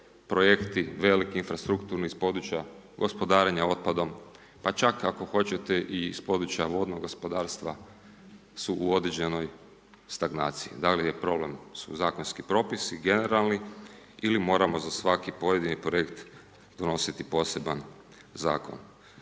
projekti, veliki infrastrukturni, iz područja gospodarenja otpadom, pa čak i ako hoćete i iz područja vodnog gospodarstva, su u određenoj stagnaciji. Da li je problem, su zakonski propisi generalni ili moramo za svaki pojedini projekt donositi poseban Zakon?